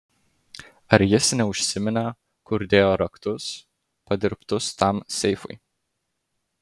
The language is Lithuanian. ar jis neužsiminė kur dėjo raktus padirbtus tam seifui